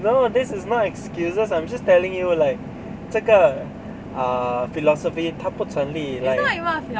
no this is not excuses I'm just telling you like 这个 ah philosophy 它不成立 like